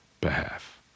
behalf